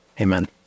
Amen